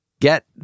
get